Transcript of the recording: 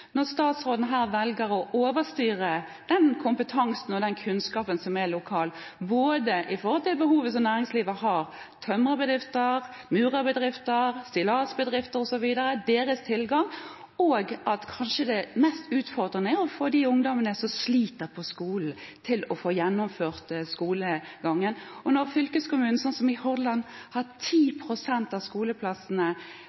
velger her å overstyre den kompetansen og den kunnskapen som finnes lokalt, med tanke på behovet for tilgang på arbeidskraft som næringslivet – tømrerbedrifter, murerbedrifter, stillasbedrifter osv. – har. I tillegg er kanskje det mest utfordrende å få de ungdommene som sliter på skolen, til å få gjennomført skolegangen. Når 10 pst. av skoleplassene, som f.eks. i Hordaland